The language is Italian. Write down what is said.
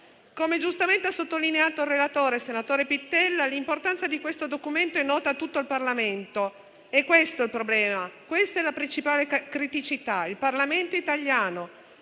Come giustamente ha sottolineato il relatore, senatore Pittella, l'importanza di questo documento è nota a tutto il Parlamento. È questo il problema, la principale criticità: il Parlamento italiano,